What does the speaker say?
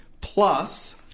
Plus